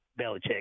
Belichick